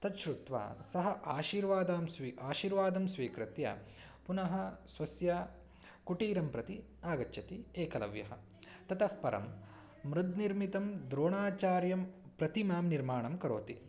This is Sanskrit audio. तत् श्रुत्वा सः आशीर्वादान् स्व अशीर्वादं स्वीकृत्य पुनः स्वस्य कुटीरं प्रति आगच्छति एकलव्यः ततःपरं मृद्निर्मितं द्रोणाचार्यस्य प्रतिमां निर्माणं करोति